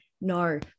no